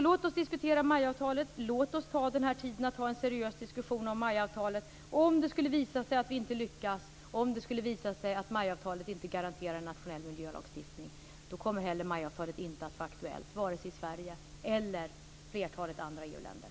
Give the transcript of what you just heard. Låt oss diskutera MAI-avtalet och ta den här tiden för att föra en seriös diskussion. Om det skulle visa sig att vi inte lyckas och att avtalet inte garanterar en nationell miljölagstiftning kommer avtalet inte heller att vara aktuellt vare sig i Sverige eller i flertalet andra EU-länder.